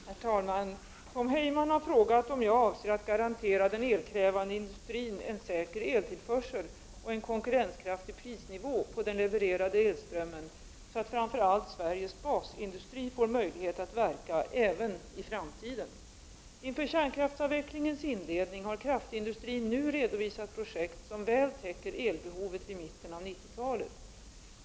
Herr talman! Tom Heyman har frågat mig om jag avser att garantera den elkrävande industrin en säker eltillförsel och en konkurrenskraftig prisnivå på den levererade elströmmen, så att framför allt Sveriges basindustri får möjlighet att verka även i framtiden. Inför kärnkraftsavvecklingens inledning har kraftindustrin nu redovisat projekt som väl täcker elbehovet vid mitten av 1990-talet.